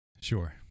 Sure